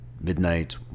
midnight